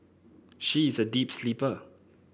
she is a deep sleeper